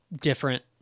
different